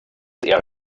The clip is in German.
eher